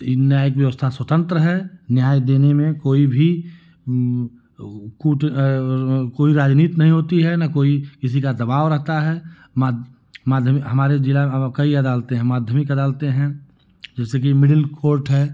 यह न्यायिक वेवस्था स्वतंत्र है न्याय देने में कोई भी वह कूट कोई राजनीत नहीं होती है न कोई किसी का दबाव रहता है माध माध्यमिक हमारे जिला में कई अदालतें हैं माध्यमिक अदालतें हैं जैसे कि मिडिल कोर्ट है